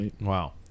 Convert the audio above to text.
Wow